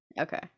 Okay